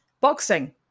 Boxing